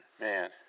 man